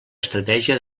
estratègia